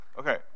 Okay